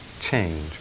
change